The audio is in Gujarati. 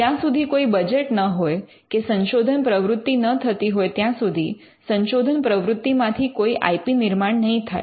જ્યાં સુધી કોઈ બજેટ ન હોય કે સંશોધન પ્રવૃત્તિ ન થતી હોય ત્યાં સુધી સંશોધન પ્રવૃત્તિમાંથી કોઈ આઇ પી નિર્માણ નહીં થાય